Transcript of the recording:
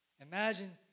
Imagine